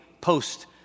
post